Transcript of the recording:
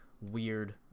weird